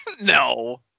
No